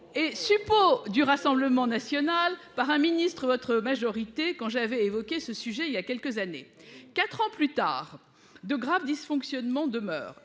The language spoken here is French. et support du Rassemblement national par un ministre votre majorité quand j'avais évoqué ce sujet il y a quelques années. 4 ans plus tard, de graves dysfonctionnements demeure